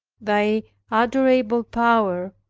thy adorable power,